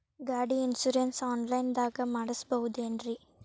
ಗಾಡಿ insurance online ದಾಗ ಮಾಡಸ್ಬಹುದೆನ್ರಿ?